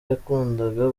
yakundaga